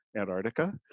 Antarctica